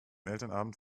elternabend